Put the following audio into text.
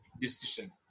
decision